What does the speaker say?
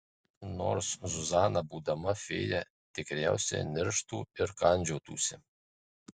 nors zuzana būdama fėja tikriausiai nirštų ir kandžiotųsi